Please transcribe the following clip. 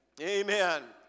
amen